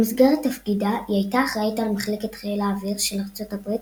במסגרת תפקידה היא הייתה אחראית על מחלקת חיל האוויר של ארצות הברית,